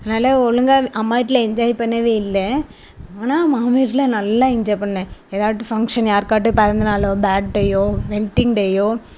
அதனால் ஒழுங்காக அம்மா வீட்டில என்ஜாய் பண்ணவே இல்லை ஆனால் மாமியார் வீட்டில நல்லா என்ஜாய் பண்ணேன் எதாது வீட்டு ஃபங்க்ஷன் யார்காட்டு பிறந்த நாளோ பேர்த் டேயோ வெட்டிங் டேயோ